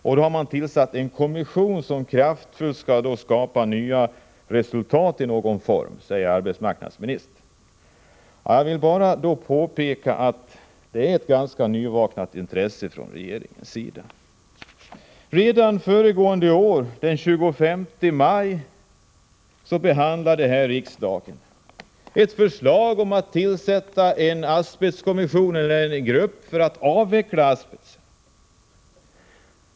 Därför har det tillsatts en kommission som kraftfullt skall verka för att få till stånd resultat i någon form, säger arbetsmarknadsministern. Jag vill då bara påpeka att det är ett ganska nyvaknat intresse från regeringens sida. Redan förra året, den 25 maj, behandlades här i riksdagen ett förslag om att tillsätta en asbestkommission eller en grupp för att avveckla asbestanvändningen.